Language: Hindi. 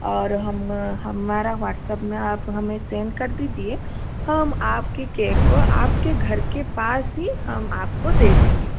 और हम हमारा व्हाट्सब्ब में आप हमें सेन्ड कर दीजिए हम आपके केक को आप के घर के पास ही हम आपको दे देंगे